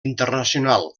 internacional